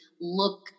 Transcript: look